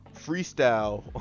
freestyle